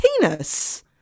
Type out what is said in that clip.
penis